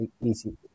easy